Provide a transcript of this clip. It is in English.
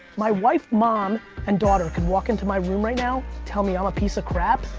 my wife, mom and daughter can walk into my room right now, tell me i'm a piece of crap,